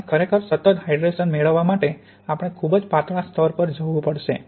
અને ખરેખર સતત હાઈડ્રેશન મેળવવા માટે આપણે ખૂબ જ પાતળા સ્તર પર જવું પડશે